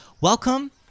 welcome